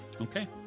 Okay